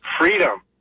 freedom